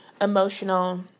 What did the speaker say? emotional